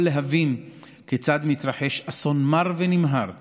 להבין כיצד מתרחש אסון מר ונמהר שילדים,